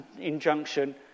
injunction